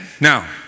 Now